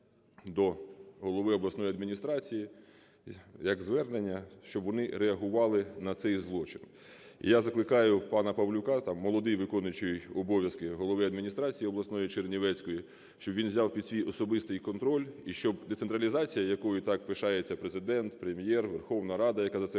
до голови обласної адміністрації як звернення, щоб вони реагували на цей злочин. І я закликаю пана Павлюка - там молодий виконуючий обов'язки голови адміністрації обласної чернівецької, - щоб він взяв під свій особистий контроль і щоб децентралізація, якою так пишається Президент, Прем'єр, Верховна Рада, яка за це